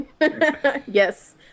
yes